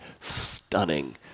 stunning